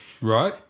Right